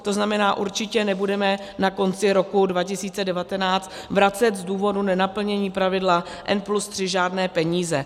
To znamená, určitě nebudeme na konci roku 2019 vracet z důvodu nenaplnění pravidla N+3 žádné peníze.